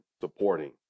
supporting